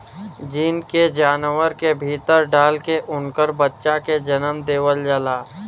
gene के जानवर के भीतर डाल के उनकर बच्चा के जनम देवल जाला